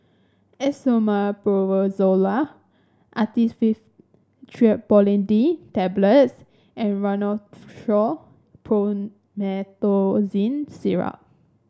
Esomeprazole Actifed Triprolidine Tablets and Rhinathiol Promethazine Syrup